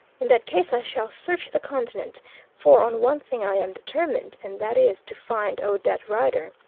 in that case i shall search the continent for on one thing i am determined, and that is to find odette rider,